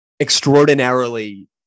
extraordinarily